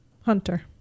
Hunter